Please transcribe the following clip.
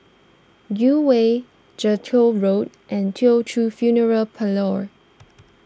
Gul Way Jellicoe Road and Teochew Funeral Parlour